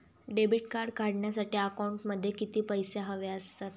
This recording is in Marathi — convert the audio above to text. डेबिट कार्ड काढण्यासाठी अकाउंटमध्ये किती पैसे हवे असतात?